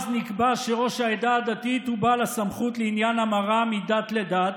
שאז נקבע שראש העדה הדתית הוא בעל הסמכות לעניין המרה מדת לדת.